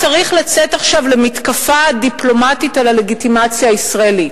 צריך לצאת עכשיו למתקפה דיפלומטית על הלגיטימציה הישראלית.